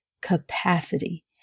capacity